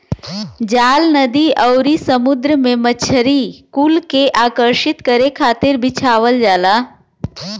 जाल नदी आउरी समुंदर में मछरी कुल के आकर्षित करे खातिर बिछावल जाला